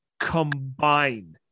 combine